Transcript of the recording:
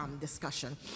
discussion